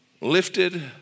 lifted